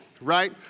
right